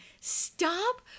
stop